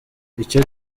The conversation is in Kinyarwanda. icyo